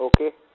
Okay